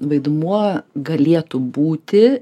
vaidmuo galėtų būti